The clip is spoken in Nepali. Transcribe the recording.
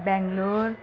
बेङ्गलोर